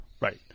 Right